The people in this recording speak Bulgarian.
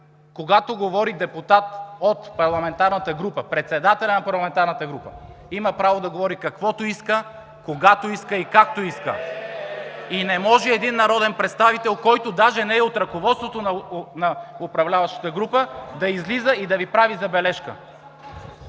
Когато говори депутат от парламентарната група, председателят на парламентарната група, има право да говори каквото иска, когато иска и както иска. (Възгласи: „Еее!“ от ГЕРБ.) Не може един народен представител, който даже не е от ръководството на управляващата група, да излиза и да Ви прави забележка.